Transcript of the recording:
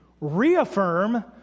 reaffirm